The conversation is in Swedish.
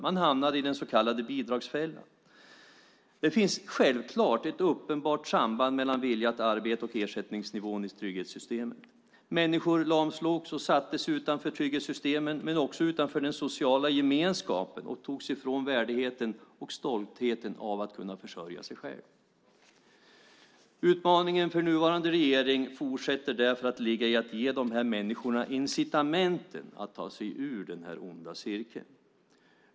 Man hamnade i den så kallade bidragsfällan. Det finns självklart ett uppenbart samband mellan viljan att arbeta och ersättningsnivån i trygghetssystemen. Människor lamslogs och sattes utanför trygghetssystemen, men också utanför den sociala gemenskapen. De fråntogs värdigheten och stoltheten över att kunna försörja sig själva. Utmaningen för den nuvarande regeringen fortsätter därför att ligga i att ge dessa människor incitament att ta sig ur den onda cirkeln.